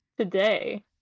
today